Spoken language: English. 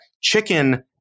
chicken